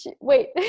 wait